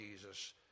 Jesus